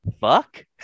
fuck